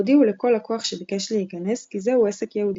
והודיעו לכל לקוח שביקש להיכנס כי זהו עסק יהודי,